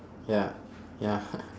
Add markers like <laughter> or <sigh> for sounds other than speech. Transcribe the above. ya ya <laughs>